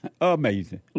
Amazing